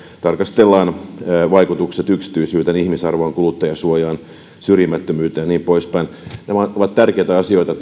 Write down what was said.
tarkastellaan vaikutukset yksityisyyteen ihmisarvoon kuluttajansuojaan syrjimättömyyteen ja niin poispäin nämä ovat tärkeitä asioita